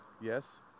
Yes